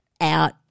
out